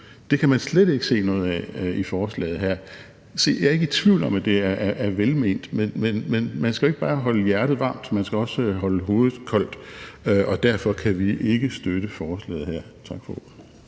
Det kan man slet ikke se noget af i forslaget her. Jeg er ikke i tvivl om, at det er velment, men man skal jo ikke bare holde hjertet varmt. Man skal også holde hovedet koldt. Derfor kan vi ikke støtte forslaget. Tak for ordet.